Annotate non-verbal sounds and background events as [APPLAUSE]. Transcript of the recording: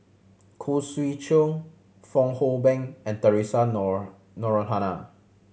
Khoo Swee Chiow Fong Hoe Beng and Theresa [UNINTELLIGIBLE]